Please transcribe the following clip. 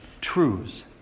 truths